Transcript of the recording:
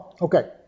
Okay